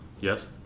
Yes